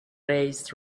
raised